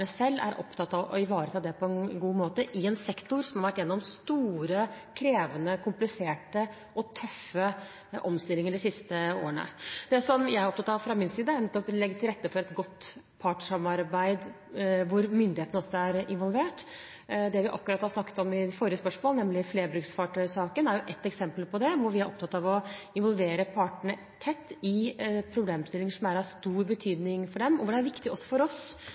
selv er opptatt av å ivareta det på en god måte, i en sektor som har vært gjennom store, krevende, kompliserte og tøffe omstillinger de siste årene. Det som jeg er opptatt av fra min side, er nettopp å legge til rette for et godt partssamarbeid, der myndighetene også er involvert. Det vi akkurat har snakket om, i forrige spørsmål, nemlig flerbruksfartøysaken, er et eksempel på det. Der er vi opptatt av å involvere partene tett i problemstillinger som er av stor betydning for dem, og der er det viktig også for oss